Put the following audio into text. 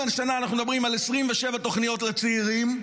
אם השנה אנחנו מדברים על 27 תוכניות לצעירים,